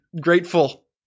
grateful